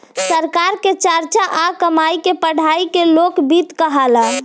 सरकार के खर्चा आ कमाई के पढ़ाई के लोक वित्त कहाला